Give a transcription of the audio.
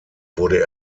wurde